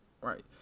Right